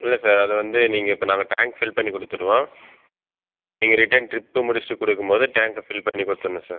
இல்லை சார் அது வந்து நீங்கள் இப்போ நாங்கள் டேங்க் ஃபில் பண்ணி கொடுத்துருவோம் நீங்கள் ரிட்டன் ட்ரிப்பு முடிச்சுட்டு கொடுக்கும்போது டேங்க்கை ஃபில் பண்ணி கொடுத்துட்ணும் சார்